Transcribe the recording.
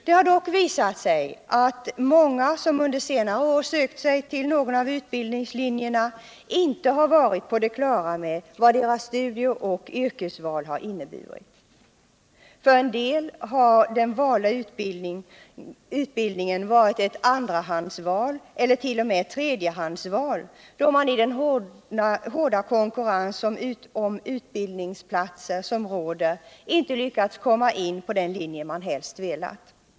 Det har dock visat sig att många som under senare år sökt sig till någon av utbildningslinjerna inte har varit på det klara med vad deras studie och yrkesval inneburit. För en del har den valda utbildningen varit ett andrahandsval eller 1. o. m. ett tredjehandsval, då man i den hårda konkurrens om utbildningsplatserna som råder inte lyckats komma in på den linje man helst velat välja.